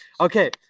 okay